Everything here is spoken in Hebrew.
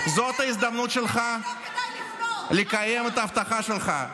זו ההזדמנות שלך לקיים את ההבטחה שלך.